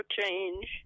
change